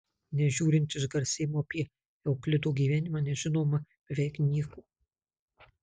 nežiūrint išgarsėjimo apie euklido gyvenimą nežinoma beveik nieko